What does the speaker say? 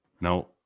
No